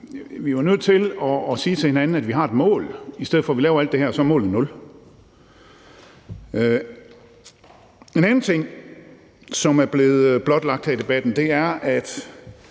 bare nødt til at sige til hinanden, at vi har et mål, i stedet for at vi laver alt det her, og at målet så er nul. En anden ting, som er blevet blotlagt her i debatten, er, at